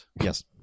Yes